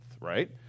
right